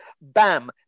Bam